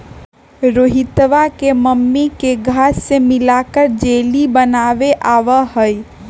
रोहितवा के मम्मी के घास्य मिलाकर जेली बनावे आवा हई